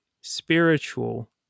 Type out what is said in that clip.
spiritual